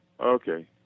okay